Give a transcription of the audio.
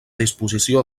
disposició